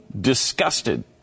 disgusted